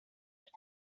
pour